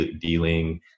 dealing